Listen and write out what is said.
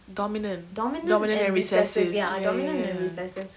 dominant dominant and recessive ya ya ya